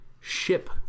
ship